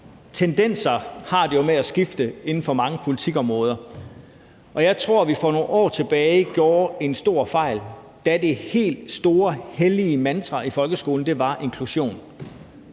tendenser har det jo med at skifte inden for mange politikområder. Jeg tror, at vi for nogle år tilbage begik en stor fejl, da det helt store hellige mantra i folkeskolen var »inklusion«.